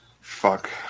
Fuck